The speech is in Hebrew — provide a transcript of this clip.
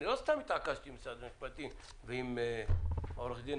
לא סתם התעקשתי עם משרד המשפטים ועם העורך דין